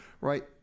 right